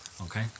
okay